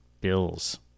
bills